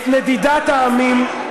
את נדידת העמים,